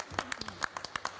Hvala